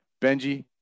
benji